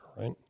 right